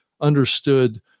understood